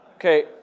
Okay